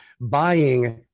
buying